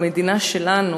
במדינה שלנו,